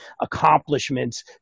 accomplishments